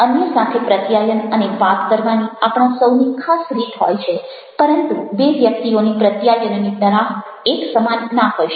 અન્ય સાથે પ્રત્યાયન અને વાત કરવાની આપણા સૌની ખાસ રીત હોય છે પરંતુ બે વ્યક્તિઓની પ્રત્યાયનની તરાહ એક સમાન ના હોઈ શકે